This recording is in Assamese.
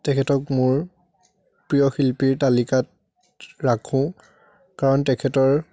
তেখেতক মোৰ প্ৰিয় শিল্পীৰ তালিকাত ৰাখো কাৰণ তেখেতৰ